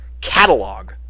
catalog